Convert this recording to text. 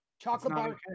chocolate